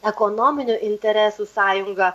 ekonominių interesų sąjunga